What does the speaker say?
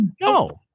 no